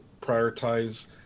prioritize